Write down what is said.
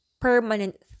permanent